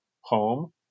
home